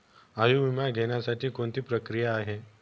आयुर्विमा घेण्यासाठी कोणती प्रक्रिया आहे?